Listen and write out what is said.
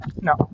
No